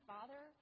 Father